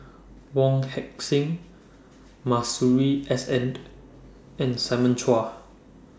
Wong Heck Sing Masuri S N and Simon Chua